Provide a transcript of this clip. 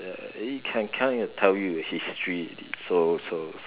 it can kind of tell you the history so so so